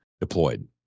deployed